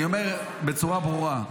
אני אומר בצורה ברורה.